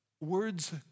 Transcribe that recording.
words